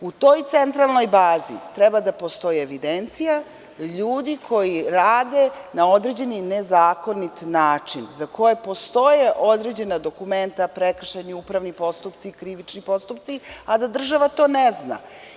U toj centralnoj bazi treba da postoji evidencija ljudi koji rade na određeni nezakonit način, za koje postoje određena dokumenta, prekršajni upravni postupci i krivični postupci, a da država to ne zna.